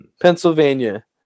Pennsylvania